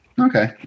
Okay